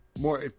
more